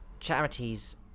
charities